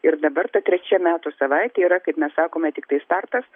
ir dabar ta trečia metų savaitė yra kaip mes sakome tiktai startas